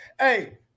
Hey